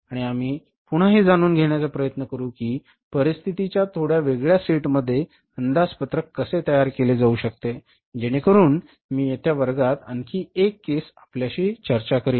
आणि आम्ही पुन्हा हे जाणून घेण्याचा प्रयत्न करू की परिस्थितीच्या थोड्या वेगळ्या सेटमध्ये अंदाजपत्रक कसे तयार केले जाऊ शकते जेणेकरून मी येत्या वर्गात आणखी एक केस आपल्याशी चर्चा करीन